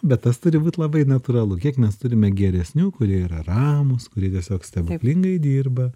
bet tas turi būt labai natūralu kiek mes turime geresnių kurie yra ramūs kuri tiesiog stebuklingai dirba